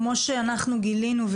כמו שאנחנו גילינו,